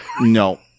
no